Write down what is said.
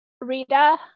rita